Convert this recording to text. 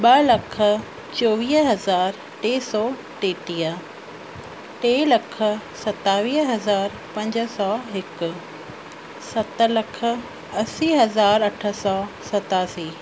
ॿ लख चोवीह हज़ार टे सौ टेटीह टे लख सतावीह हज़ार पंज सौ हिकु सत लख असी हज़ार अठ सौ सतासी